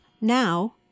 Now